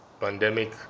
pandemic